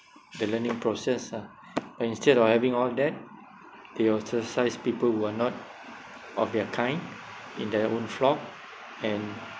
the learning process lah but instead of having all that they ostracise people who are not of their kind in their own flock and